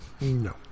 No